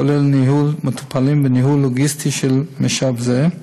כולל ניהול מטופלים וניהול לוגיסטי של משאב זה,